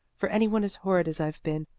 for any one as horrid as i've been.